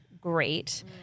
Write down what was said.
great